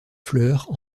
fleurs